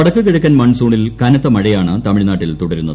വടക്കുകിഴക്കൻ മൺസൂണിൽ കനത്ത മഴയാണ് തമിഴ്നാട്ടിൽ തുടരുന്നത്